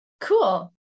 cool